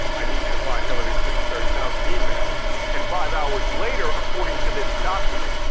i need you to find hillary clinton's thirty thousand emails and five hours later according to this document,